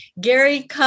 Gary